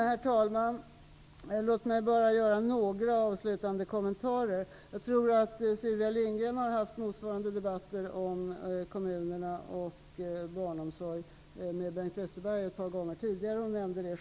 Herr talman! Låt mig bara göra några avslutande kommentarer. Sylvia Lindgren har ett par gånger tidigare haft motsvarande debatter om kommunerna och barnomsorgen med Bengt Westerberg, vilket hon också nämnde här.